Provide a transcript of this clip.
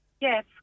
Yes